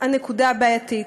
הנקודה הבעייתית.